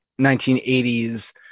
1980s